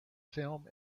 film